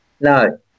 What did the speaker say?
No